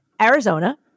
Arizona